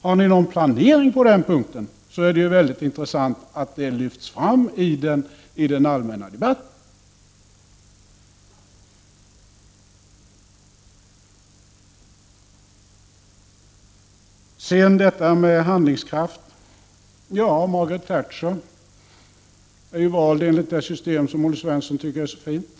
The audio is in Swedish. Har ni någon planering på den punkten så är det ju intressant att det förhållandet i sådana fall framhålls i den allmänna debatten. Så till frågan om handlingskraft. Ja, Margaret Thatcher är ju vald enligt det system som Olle Svensson tycker är så fint.